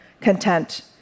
content